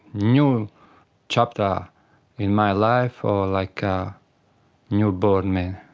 new chapter in my life, or like a newborn me.